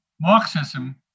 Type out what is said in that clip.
Marxism